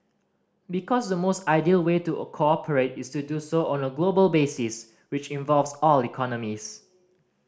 because the most ideal way to cooperate is to do so on a global basis which involves all economies